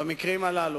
במקרים הללו,